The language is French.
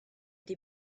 des